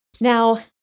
Now